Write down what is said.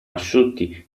asciutti